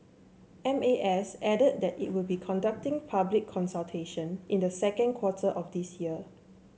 M A S added that it will be conducting public consultation in the second quarter of this year